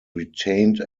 retained